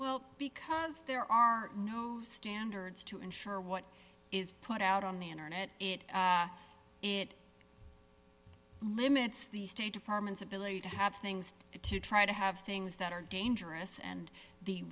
well because there are no standards to ensure what is put out on the internet it limits the state department's ability to have things to try to have things that are dangerous and the